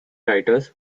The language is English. writers